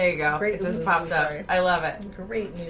there you go. great. just pops out. i love it. and great.